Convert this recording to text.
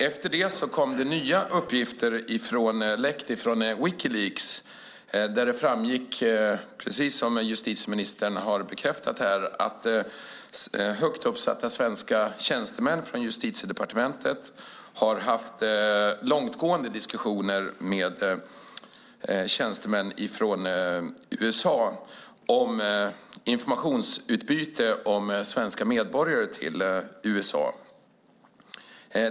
Efter det läckte det uppgifter från Wikileaks där det framgick, precis som justitieministern här har bekräftat, att högt uppsatta svenska tjänstemän från Justitiedepartementet har haft långtgående diskussioner med tjänstemän från USA om informationsutbyte avseende svenska medborgare.